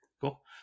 cool